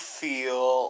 feel